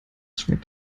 schmeckt